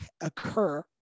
occur